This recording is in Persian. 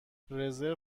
رزرو